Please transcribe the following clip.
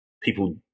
people